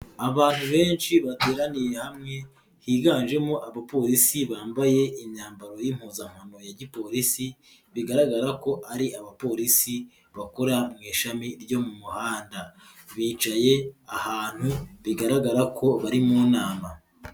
Abantu benshi bateraniye hamwe higanjemo abapolisi bambaye imyambaro y'impuzakano ya gipolisi, bigaragara ko ari abapolisi bakora mu ishami ryo mu muhanda, bicaye ahantu bigaragara ko bari mu nama.